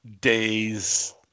days